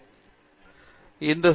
பேராசிரியர் வி